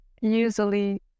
usually